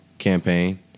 campaign